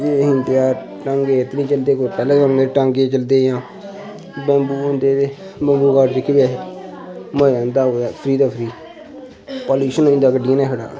पैह्ले जमान्नै टांगे चलदे हे बम्बू होंदे हे ते बम्बूघाट पलूशन होंदा गड्डियें नै छड़ा